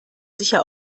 sicher